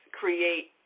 create